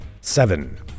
seven